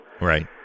Right